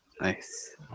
Nice